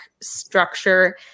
structure